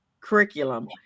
curriculum